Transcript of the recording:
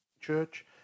church